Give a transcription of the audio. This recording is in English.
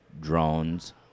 Drones